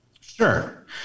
Sure